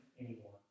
anymore